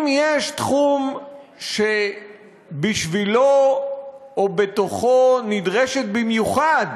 אם יש תחום שבשבילו או בתוכו נדרשת במיוחד